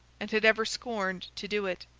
and had ever scorned to do it.